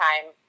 time